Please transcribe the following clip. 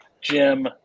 Jim